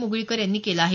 मुगळीकर यांनी केलं आहे